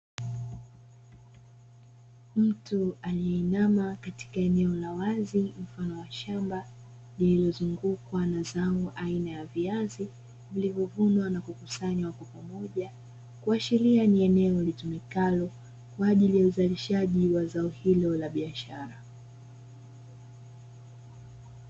Mtu aliyeinama katika eneo la wazi mfano wa shamba lililo zungukwa na zao aina ya viazi vilivyovunwa na kukusanya pamoja kuashiria ni eneo litumikalo kwa ajili ya uzalishaji wa zao hilo la biashara.